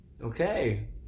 Okay